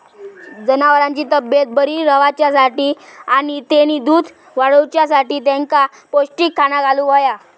जनावरांची तब्येत बरी रवाच्यासाठी आणि तेनी दूध वाडवच्यासाठी तेंका पौष्टिक खाणा घालुक होया